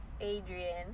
Adrian